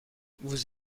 vous